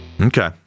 Okay